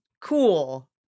cool